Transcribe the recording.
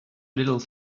little